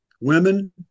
women